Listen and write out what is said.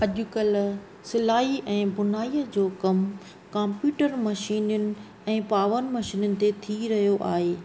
अॼुकल्ह सिलाई ऐं बुनाई जो कमु कम्प्यूटर मशीनियुनि ऐं पावर मशीनियुनि ते थी रहियो आहे